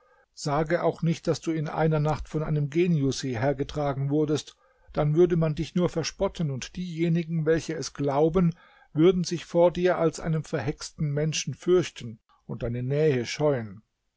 sage auch nicht daß du in einer nacht von einem genius hierhergetragen wurdest denn man würde dich nur verspotten und diejenigen welche es glauben würden sich vor dir als einem verhexten menschen fürchten und deine nähe scheuen